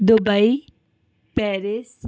Dubai Paris